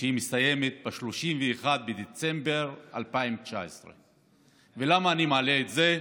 שמסתיימת ב-31 בדצמבר 2019. ולמה אני מעלה את זה?